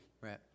Right